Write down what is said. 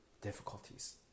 difficulties